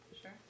Sure